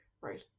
Right